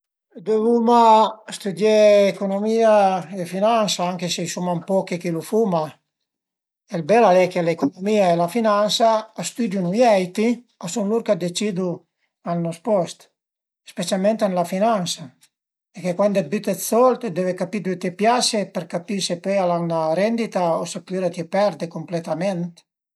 Dëvuma stüdié economia e finansa anche se suma ën pochi chi lu fuma, ël bel al e che l'economia e la finansa a stüdiu nui eiti, a sun lur ch'a decidu a nos post, specialment ën la finansa perché cuand t'büte sold deve capì ëndua li piase për capì se pöi al an 'na rendita opüra se t'ie perde cumpletament